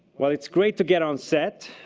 while it's great to get on set,